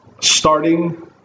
starting